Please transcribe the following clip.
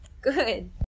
good